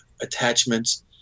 attachments